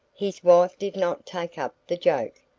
his wife did not take up the joke,